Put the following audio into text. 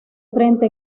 frente